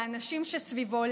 לאנשים שסביבו,